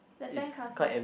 the sandcastle